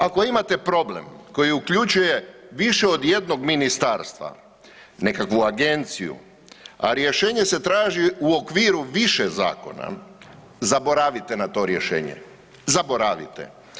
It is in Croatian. Ako imate problem koji uključuje više od jednog ministarstva, nekakvu agenciju, a rješenje se traži u okviru više zakona zaboravite na to rješenje, zaboravite.